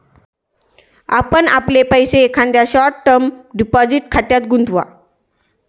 आपण आपले पैसे एकदा शॉर्ट टर्म डिपॉझिट खात्यात गुंतवा